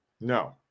No